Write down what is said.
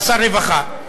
שר הרווחה?